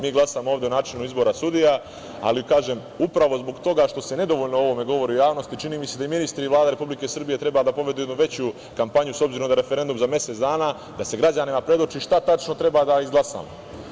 Mi glasamo ovde o načinu izbora sudija ali, kažem, upravo zbog toga što se nedovoljno o ovome govori u javnosti, čini mi se, da i ministri i Vlada Republike Srbije treba da povedu jednu veću kampanju, s obzirom da je referendum za mesec dana, da se građanima predoči šta tačno treba da izglasamo.